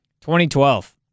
2012